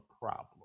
problem